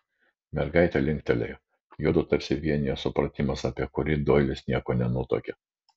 mergaitė linktelėjo juodu tarsi vienijo supratimas apie kurį doilis nieko nenutuokė